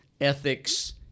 ethics